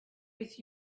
with